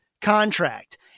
contract